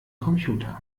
computer